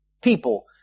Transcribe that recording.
people